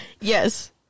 Yes